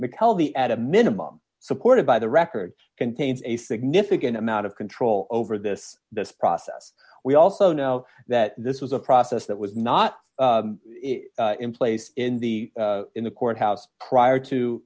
mackell the at a minimum supported by the record contains a significant amount of control over this this process we also know that this is a process that was not in place in the in the courthouse prior to